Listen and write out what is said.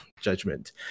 judgment